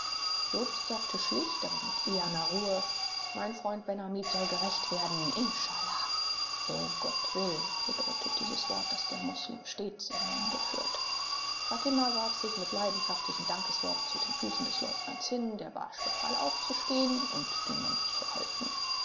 jobst sagte schlicht aber mit eherner ruhe mein freund ben hamid soll gerächt werden inschaallah so gott will bedeutet dieses wort das der moslem stets im munde führt fatima warf sich mit leidenschaftlichen dankesworten zu den füßen des leutnants hin der barsch befahl aufzustehen und den mund zu halten